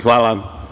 Hvala.